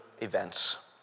events